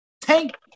Tank